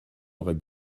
aurait